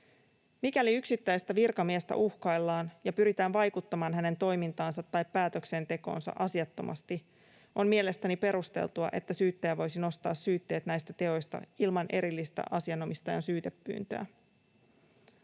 Mikäli yksittäistä virkamiestä uhkaillaan ja pyritään vaikuttamaan hänen toimintaansa tai päätöksentekoonsa asiattomasti, on mielestäni perusteltua, että syyttäjä voisi nostaa syytteet näistä teoista ilman erillistä asianomistajan syytepyyntöä.